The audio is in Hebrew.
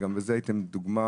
גם בזה הייתם דוגמה